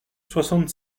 soixante